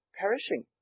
perishing